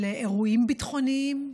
של אירועים ביטחוניים,